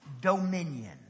dominion